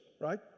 right